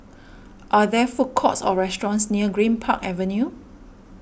are there food courts or restaurants near Greenpark Avenue